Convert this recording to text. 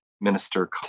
minister